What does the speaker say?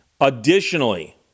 Additionally